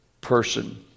person